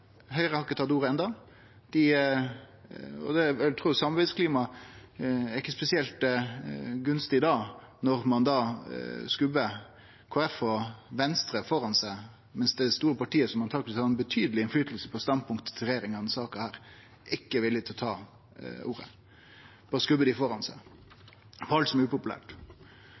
Høgre har enno ikkje tatt ordet. Eg vil tru at samarbeidsklimaet ikkje er spesielt gunstig når ein skubbar Kristeleg Folkeparti og Venstre framfor seg, mens det store partiet som antakeleg har betydeleg innverknad på standpunktet til regjeringa i denne saka, ikkje er villig til å ta ordet. Dei skubbar dei framfor seg, i alt som er upopulært.